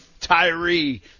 Tyree